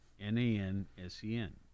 N-A-N-S-E-N